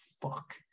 fuck